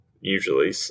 usually